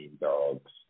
dogs